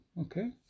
Okay